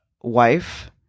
wife